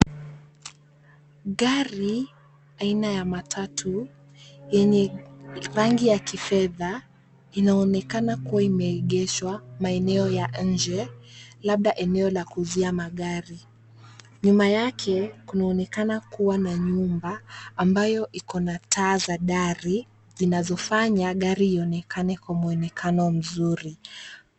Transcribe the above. Gari aina ya matatu yenye rangi ya kifedha inaonekana kuwa imeegeshwa maeneo ya nje labda eneo la kuuzia magari. Nyuma Yake kunaonekana kuwa na nyumba ambayo iko na taa za dari zinazofanya gari ionekane kwa Muonekano mzuri.